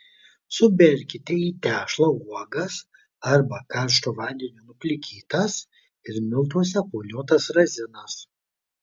suberkite į tešlą uogas arba karštu vandeniu nuplikytas ir miltuose apvoliotas razinas